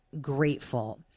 grateful